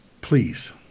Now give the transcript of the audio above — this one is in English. please